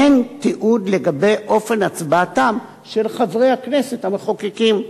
אין תיעוד לגבי אופן הצבעתם של חברי הכנסת המחוקקים.